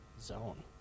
zone